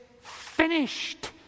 finished